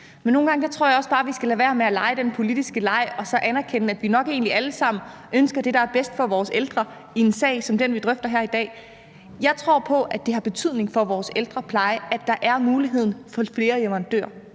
nogle gange tror jeg også bare, at vi skal lade være med at lege den politiske leg og så anerkende, at vi nok egentlig alle sammen ønsker det, der er bedst for vores ældre i en sag som den, vi drøfter her i dag. Jeg tror på, at det har betydning for vores ældrepleje, at der er mulighed for flere leverandører;